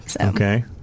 Okay